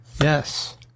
yes